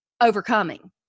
overcoming